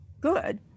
good